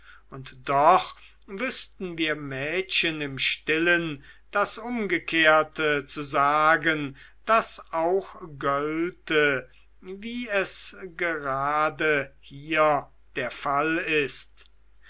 und doch wüßten wir mädchen im stillen das umgekehrte zu sagen das auch gölte wie es gerade hier der fall ist